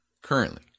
currently